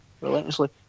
Relentlessly